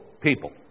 people